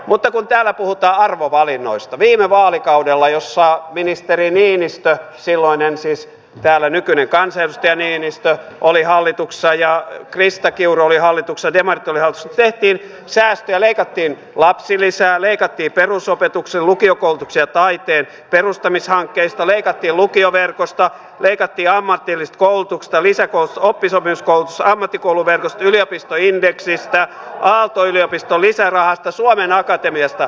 mutta kun täällä puhutaan arvovalinnoista niin viime vaalikaudella jolloin ministeri niinistö silloinen ministeri siis täällä nykyinen kansanedustaja niinistö oli hallituksessa ja krista kiuru oli hallituksessa demarit olivat hallituksessa tehtiin säästöjä leikattiin lapsilisää leikattiin perusopetuksen lukiokoulutuksen ja taiteen perustamishankkeista leikattiin lukioverkosta leikattiin ammatillisesta koulutuksesta lisäkoulutuksesta oppisopimuskoulutuksesta ammattikouluverkosta yliopistoindeksistä aalto yliopiston lisärahasta suomen akatemiasta